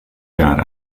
jaar